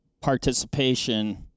participation